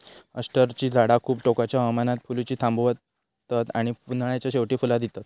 अष्टरची झाडा खूप टोकाच्या हवामानात फुलुची थांबतत आणि उन्हाळ्याच्या शेवटी फुला दितत